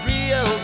Rio